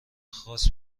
خاص